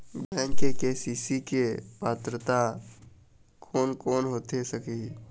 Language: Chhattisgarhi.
बैंक से के.सी.सी के पात्रता कोन कौन होथे सकही?